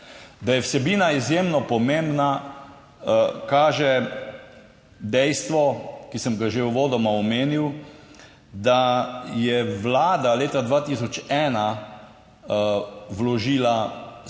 Da je vsebina izjemno pomembna kaže dejstvo, ki sem ga že uvodoma omenil, da je Vlada leta 2001 vložila predlog